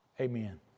Amen